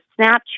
Snapchat